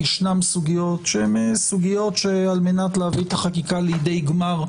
יש סוגיות שעל-מנת להביא את החקיקה לידי גמר,